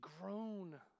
grown